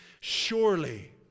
Surely